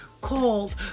called